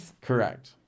Correct